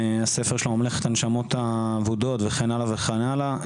הספר שלו "ממלכת הנשמות האבודות" וכן הלאה וכן הלאה.